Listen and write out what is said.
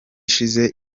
iheze